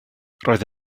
roedd